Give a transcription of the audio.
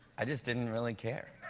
i just didn't really care.